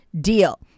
deal